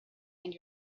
and